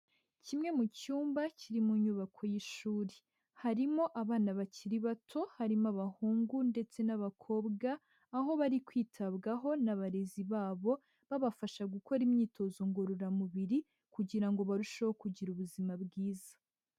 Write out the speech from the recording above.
Kimwe mu cyumba kiri mu nyubako y'ishuri, harimo abana bakiri bato harimo abahungu ndetse n'abakobwa, aho bari kwitabwaho n'abarezi babo, babafasha gukora imyitozo ngororamubiri kugira ngo barusheho kugira ubuzima bwiza.